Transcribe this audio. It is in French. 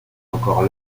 encore